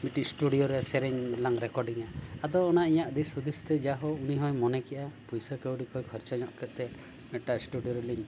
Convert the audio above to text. ᱢᱤᱫᱴᱤᱡ ᱤᱥᱴᱩᱰᱤᱭᱳ ᱨᱮ ᱥᱮᱨᱮᱧ ᱞᱟᱝ ᱨᱮᱠᱚᱨᱰᱤᱧᱟ ᱟᱫᱚ ᱚᱱᱟ ᱤᱧᱟᱹᱜ ᱫᱤᱥ ᱦᱩᱫᱤᱥᱛᱮ ᱡᱟᱦᱳ ᱩᱱᱤ ᱦᱚᱸᱭ ᱢᱚᱱᱮ ᱠᱮᱜᱼᱟ ᱯᱚᱭᱥᱟ ᱠᱟᱹᱣᱰᱤ ᱠᱚᱭ ᱠᱷᱚᱨᱪᱟ ᱧᱚᱜ ᱠᱮᱫᱛᱮ ᱢᱤᱫᱴᱟᱝ ᱤᱥᱴᱩᱰᱤᱭᱳ ᱨᱮᱞᱤᱧ